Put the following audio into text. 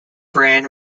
brand